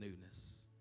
newness